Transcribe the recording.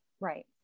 Right